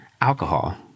alcohol